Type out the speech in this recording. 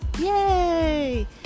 Yay